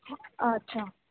अच्छा